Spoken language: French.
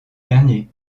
derniers